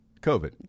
COVID